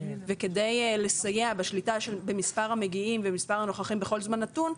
וכדי לסייע בשליטה במספר המגיעים ובמספר הנוכחים בכל זמן נתון,